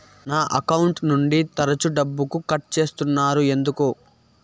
నా అకౌంట్ నుండి తరచు డబ్బుకు కట్ సేస్తున్నారు ఎందుకు